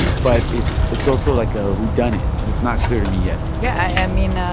but it's it's also like a whodunit because it's not clear to me yet yeah. i and mean, ah